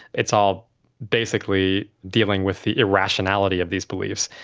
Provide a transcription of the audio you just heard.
it's all basically dealing with the irrationality of these beliefs.